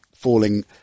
falling